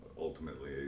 ultimately